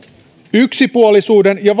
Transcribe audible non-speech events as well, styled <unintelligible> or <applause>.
yksipuolisuuden ja <unintelligible>